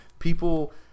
People